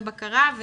בקרה,